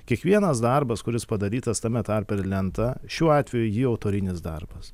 kiekvienas darbas kuris padarytas tame tarpe ir lenta šiuo atveju ji autorinis darbas